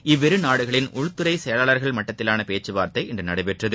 இவ்விரு நாடுகளின் உள்துறைச் செயலாளர்கள் மட்டத்திலான பேச்சுவார்த்தை இன்று நடைபெற்றது